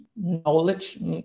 knowledge